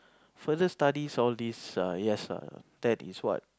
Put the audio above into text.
further studies all these err yes ah that is what